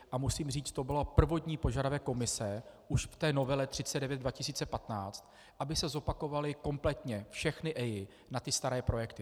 A musím říct, to byl prvotní požadavek Komise už v té novele 39/2015, aby se zopakovaly kompletně všechny EIA na ty staré projekty.